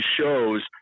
shows